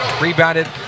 Rebounded